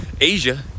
Asia